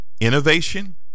innovation